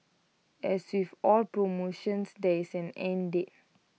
as with all promotions there is an end date